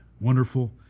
Wonderful